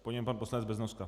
Po něm pan poslanec Beznoska.